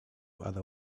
other